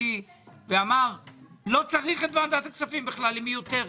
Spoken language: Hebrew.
משפטי ואמר לא צריך את ועדת הכספים והיא מיותרת.